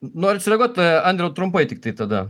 norit sureaguot a andriau trumpai tiktai tada